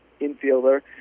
infielder